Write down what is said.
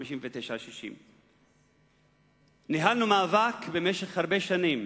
1959 1960. ניהלנו מאבק במשך הרבה שנים.